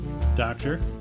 Doctor